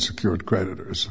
secured creditors